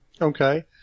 Okay